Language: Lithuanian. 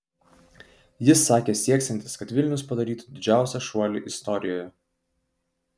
jis sakė sieksiantis kad vilnius padarytų didžiausią šuolį istorijoje